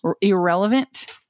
irrelevant